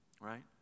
Right